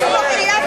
יש, רק אחת.